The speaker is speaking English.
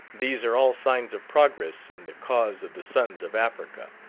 these are all signs of progress in the cause of the sons of africa.